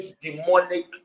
demonic